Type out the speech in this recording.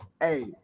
Hey